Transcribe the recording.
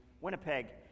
Winnipeg